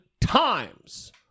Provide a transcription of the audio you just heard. times